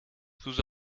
vous